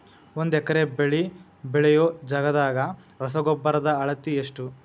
ಒಂದ್ ಎಕರೆ ಬೆಳೆ ಬೆಳಿಯೋ ಜಗದಾಗ ರಸಗೊಬ್ಬರದ ಅಳತಿ ಎಷ್ಟು?